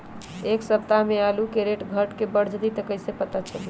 एक सप्ताह मे आलू के रेट घट ये बढ़ जतई त कईसे पता चली?